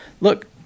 look